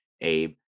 Abe